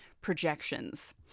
projections